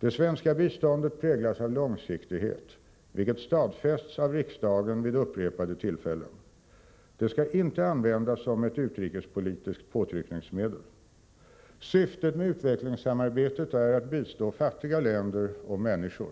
Det svenska biståndet präglas av långsiktighet, vilket stadfästs av riksdagen vid upprepade tillfällen. Det skall inte användas som ett utrikespolitiskt påtryckningsmedel. Syftet med utvecklingssamarbetet är att bistå fattiga länder och människor.